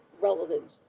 relevant